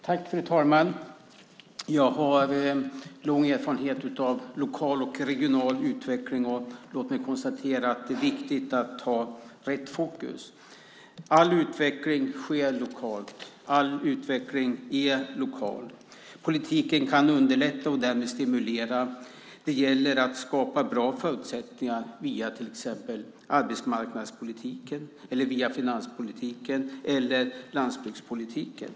Fru talman! Jag har lång erfarenhet av lokal och regional utveckling, och låt mig konstatera att det är viktigt att ha rätt fokus. All utveckling sker lokalt. All utveckling är lokal. Politiken kan underlätta och därmed stimulera. Det gäller att skapa bra förutsättningar via till exempel arbetsmarknadspolitiken, finanspolitiken eller landsbygdspolitiken.